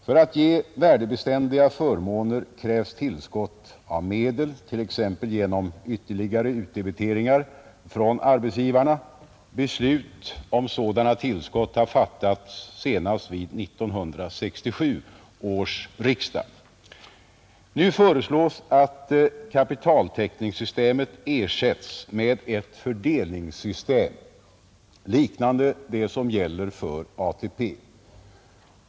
För att ge värdebeständiga förmåner krävs tillskott av medel t.ex. genom ytterligare utdebiteringar från arbetsgivarna — beslut om sådana tillskott har fattats senast vid 1967 års riksdag. Nu föreslås att kapitaltäckningssystemet ersätts med ett fördelningssystem, liknande det som gäller för ATP.